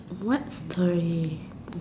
what story